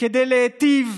כדי להיטיב